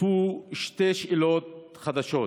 נוספו שתי שאלות חדשות